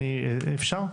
אפשר?